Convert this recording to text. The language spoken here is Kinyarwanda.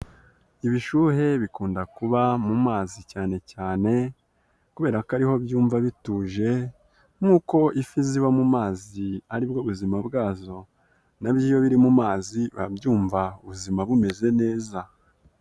Ibishuhe bikunda kuba mu mazi cyane cyane kubera ko ari ho byumva bituje nk'uko ifi ziba mu mazi ari bwo buzima bwazo, na byo iyo biri mu mazi biba byumva ubuzima bumeze neza.